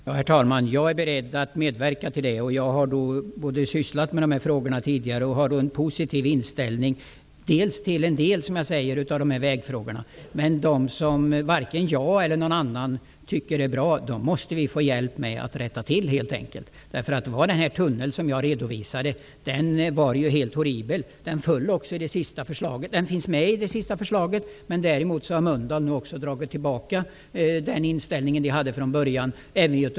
Herr talman! Jag är beredd att medverka till det. Jag har ju tidigare sysslat med de här frågorna och har en positiv inställning till en del av vägfrågorna. Men det som varken jag eller någon annan tycker är bra måste vi helt enkelt få hjälp med, så att det hela kan rättas till. Den tunnel som jag har redovisat var helt horribel. Den finns med i det sista förslaget. Också Mölndal har nu frångått den inställning som man hade från början.